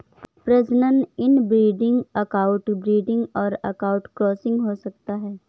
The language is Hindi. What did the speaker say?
प्रजनन इनब्रीडिंग, आउटब्रीडिंग और आउटक्रॉसिंग हो सकता है